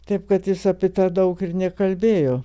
taip kad jis ape tą daug ir nekalbėjo